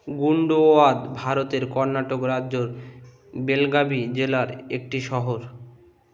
গুন্ডওয়াদ ভারতের কর্ণাটক রাজ্যর বেলগাবি জেলার একটি শহর